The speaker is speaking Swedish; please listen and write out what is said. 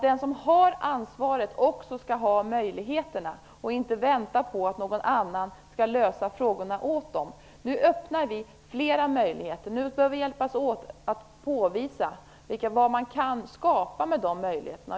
Den som har ansvaret skall också ha möjligheterna och inte vänta på att någon annan skall lösa frågorna. Nu öppnar vi flera möjligheter och vi får hjälpas åt att påvisa vad man kan skapa med dessa möjligheter.